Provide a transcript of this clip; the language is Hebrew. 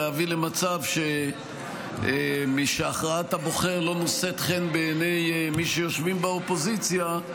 להביא למצב שמשהכרעת הבוחר לא נושאת חן בעיני מי שיושבים באופוזיציה,